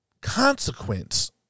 consequence